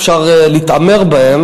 אפשר להתעמר בה,